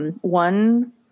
One